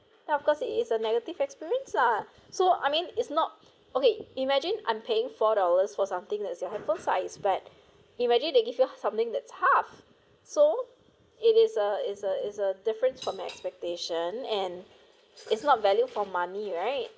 then of course it is a negative experience lah so I mean it's not okay imagine I'm paying four dollars for something that's your handphone size but imagine they give you something that's half so it is a is a is a different from expectation and it's not value for money right